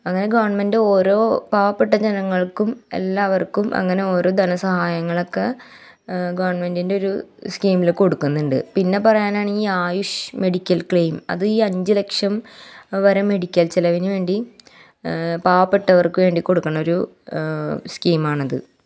അങ്ങനെ ഗവണ്മെന്റ് ഓരോ പാവപ്പെട്ട ജനങ്ങൾക്കും എല്ലാവർക്കും അങ്ങനെ ഓരോ ധനസഹായങ്ങളൊക്കെ ഗവണ്മെന്റിൻ്റെ ഒരു സ്കീമിൽ കൊടുക്കുന്നുണ്ട് പിന്നെ പറയാനാണെങ്കിൽ ആയുഷ് മെഡിക്കൽ ക്ലെയിം അത് ഈ അഞ്ച് ലക്ഷം വരെ മെഡിക്കൽ ചിലവിന് വേണ്ടി പാവപ്പെട്ടവർക്ക് വേണ്ടി കൊടുക്കുണൊരു സ്കീമാണത്